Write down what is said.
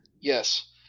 Yes